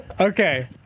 Okay